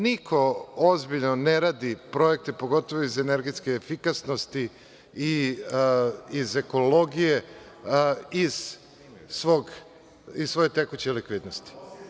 Niko ozbiljan ne radi projekte, pogotovo iz energetske efikasnosti i iz ekologije, iz svoje tekuće likvidnosti.